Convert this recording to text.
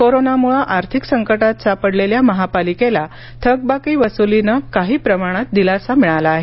कोरोनामुळे आर्थिक संकटात सापडलेल्या महापालिकेला थकबाकी वसुलीने काही प्रमाणात दिलासा मिळाला आहे